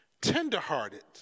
tenderhearted